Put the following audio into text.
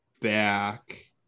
back